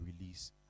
release